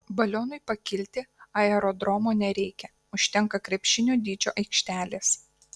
balionui pakilti aerodromo nereikia užtenka krepšinio dydžio aikštelės